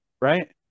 right